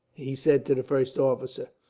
he said to the first officer,